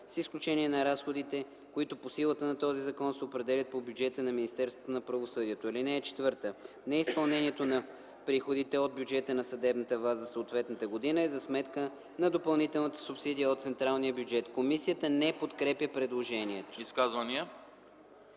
с изключение на разходите, които по силата на този закон се определят по бюджета на Министерството на правосъдието. (4) Неизпълнението на приходите от бюджета на съдебната власт за съответната година е за сметка на допълнителната субсидия от централния бюджет.” Комисията не подкрепя предложението. ПРЕДСЕДАТЕЛ